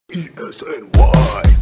E-S-N-Y